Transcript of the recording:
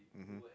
mmhmm